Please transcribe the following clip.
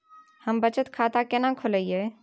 हम बचत खाता केना खोलइयै?